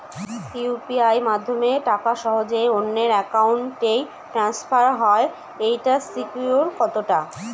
UPI মাধ্যমে টাকা সহজেই অন্যের অ্যাকাউন্ট ই ট্রান্সফার হয় এইটার সিকিউর কত টা?